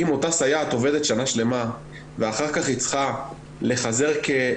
אם אותה סייעת עובדת שנה שלמה ואחר כך היא צריכה לחזר